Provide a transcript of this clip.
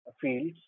fields